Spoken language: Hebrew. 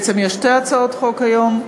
בעצם יש שתי הצעות חוק היום.